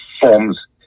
forms